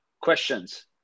questions